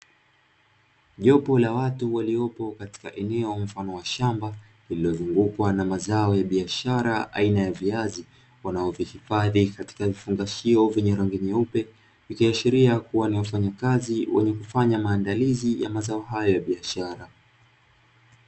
Jopo la watu waliopo katika eneo mfano wa shamba lililozungukwa na mazao ya biashara aina ya viazi, wanavyovihifadhi katika vifungashio vya rangi nyeupe, vikiashiria kuwa ni wafanyakazi wenye kufanya maandalizi ya mazao hayo ya biashara.